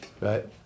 right